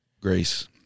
Grace